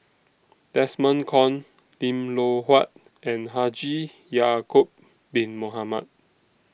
Desmond Kon Lim Loh Huat and Haji Ya'Acob Bin Mohamed